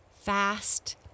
fast